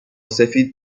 سفید